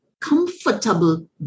comfortable